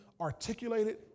articulated